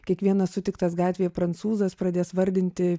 kiekvienas sutiktas gatvėje prancūzas pradės vardinti